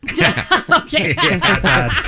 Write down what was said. Okay